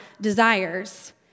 desires